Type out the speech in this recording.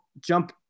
jump